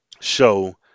show